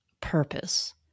purpose